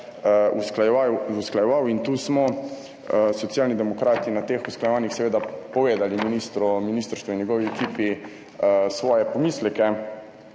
usklajeval. In tu smo Socialni demokrati na teh usklajevanjih seveda povedali ministru, ministrstvu in njegovi ekipi svoje pomisleke.